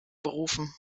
berufen